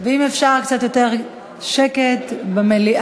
ואם אפשר, קצת יותר שקט במליאה.